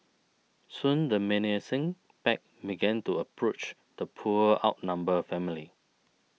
soon the menacing pack began to approach the poor outnumbered family